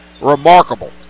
remarkable